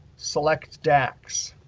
select dax.